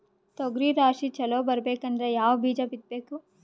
ತೊಗರಿ ರಾಶಿ ಚಲೋ ಬರಬೇಕಂದ್ರ ಯಾವ ಬೀಜ ಬಿತ್ತಬೇಕು?